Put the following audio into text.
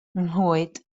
nghlwyd